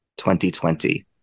2020